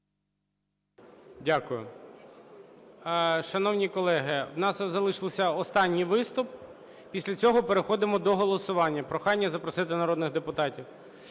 Дякую. Шановні колеги, в нас залишився останній виступ. Після цього переходимо до голосування. Прохання запросити народних депутатів.